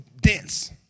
dense